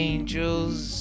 Angel's